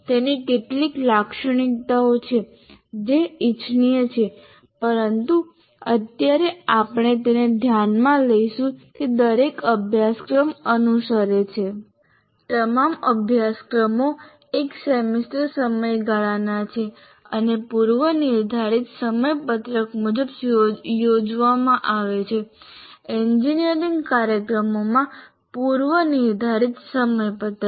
તેની કેટલીક લાક્ષણિકતાઓ છે જે ઇચ્છનીય છે પરંતુ અત્યારે આપણે તેને ધ્યાનમાં લઈશું કે દરેક અભ્યાસક્રમ અનુસરે છે તમામ અભ્યાસક્રમો એક સેમેસ્ટર સમયગાળાના છે અને પૂર્વનિર્ધારિત સમયપત્રક મુજબ યોજવામાં આવે છે એન્જિનિયરિંગ કાર્યક્રમોમાં પૂર્વનિર્ધારિત સમયપત્રક